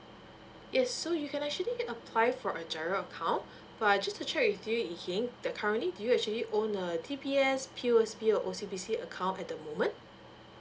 yes so you can actually apply for a G_I_R_O account but I just to check with you yee king that currently do you actually own a D_B_S P_O_S_B O_C_B_C account at the moment